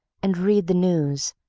and read the news,